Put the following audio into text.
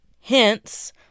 hence